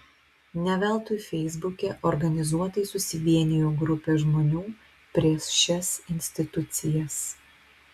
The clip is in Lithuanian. ne veltui feisbuke organizuotai susivienijo grupė žmonių prieš šias institucijas